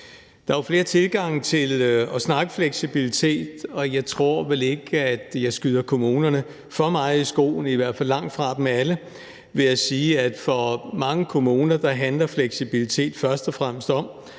Der er jo flere tilgange til at snakke om fleksibilitet, og jeg tror ikke, at jeg skyder kommunerne for meget i skoene – i hvert fald langt fra dem alle – ved at sige, at for mange kommuner handler fleksibilitet først og fremmest om,